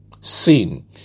sin